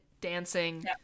dancing